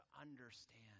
understand